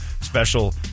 special